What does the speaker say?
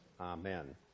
Amen